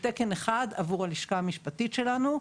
תקן אחד הוא עבור הלשכה המשפטית שלנו,